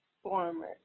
former